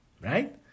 right